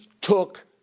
took